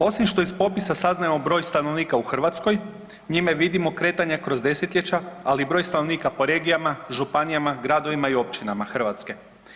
Osim što iz popisa saznajemo broj stanovnika u Hrvatskoj, njime vidimo kretanja kroz desetljeća, ali i broj stanovnika po regijama, županijama, gradovima i općinama Hrvatske.